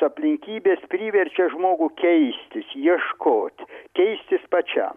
aplinkybės priverčia žmogų keistis ieškot keistis pačiam